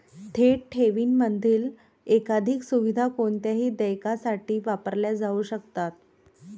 थेट ठेवींमधील एकाधिक सुविधा कोणत्याही देयकासाठी वापरल्या जाऊ शकतात